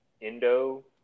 Indo